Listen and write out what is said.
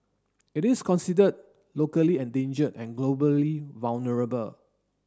it is considered locally endangered and globally vulnerable